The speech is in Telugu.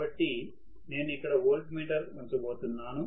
కాబట్టి నేను ఇక్కడ వోల్ట్ మీటర్ ఉంచబోతున్నాను